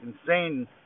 insane